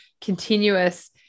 continuous